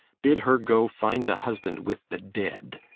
bid her go find a husband with the dead.